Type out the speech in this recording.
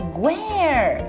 Square